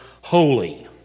holy